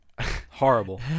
horrible